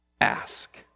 ask